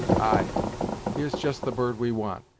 ay here's just the bird we want,